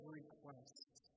requests